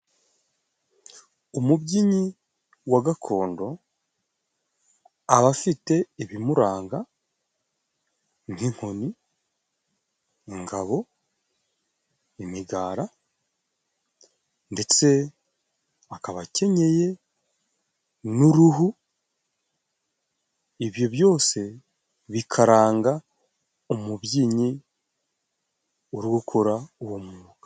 Umubyinyi wa gakondo aba afite ibimuranga:" Nk'inkoni, ingabo, imigara ndetse akaba akenyeye n'uruhu". Ibyo byose bikaranga umubyinnyi uri gukora ugo mwuga.